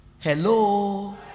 Hello